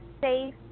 safe